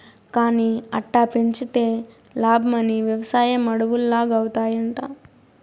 కానీ అట్టా పెంచితే లాబ్మని, వెవసాయం అడవుల్లాగౌతాయంట